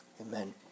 Amen